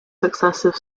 successive